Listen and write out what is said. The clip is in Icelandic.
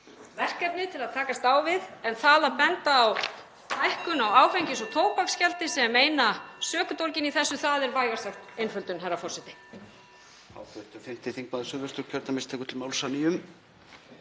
verkefnið til að takast á við. En það að benda á hækkun á áfengis- og tóbaksgjaldi sem eina sökudólginn í þessu, það er vægast sagt einföldun.